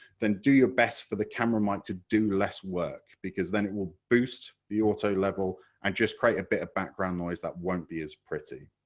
then do your best for the camera mic to do less work, because then it will boost the auto level and just create a bit background noise that won't be as pretty.